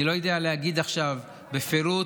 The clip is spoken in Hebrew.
אני לא יודע להגיד עכשיו בפירוט.